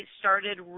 started